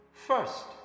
First